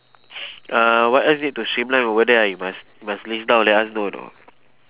uh what else need to streamline over there ah you must must list down let us know you know